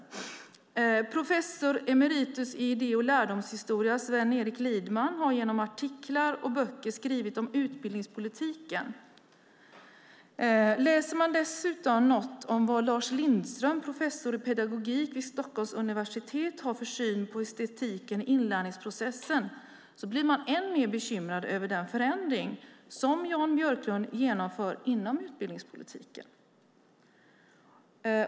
Sven-Eric Liedman, professor emeritus i idé och lärdomshistoria, har i artiklar och böcker skrivit om utbildningspolitiken. Läser man dessutom vad Lars Lindström, professor i pedagogik vid Stockholms universitet, har för syn på estetiken i inlärningsprocessen blir man ännu mer bekymrad över den förändring som Jan Björklund genomför inom utbildningspolitiken.